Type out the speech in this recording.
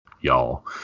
y'all